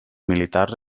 militars